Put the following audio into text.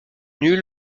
nul